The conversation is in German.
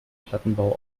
plattenbau